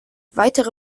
weitere